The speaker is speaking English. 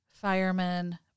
firemen